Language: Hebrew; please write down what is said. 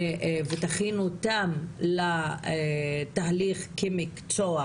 ותכין אותם לתהליך כמקצוע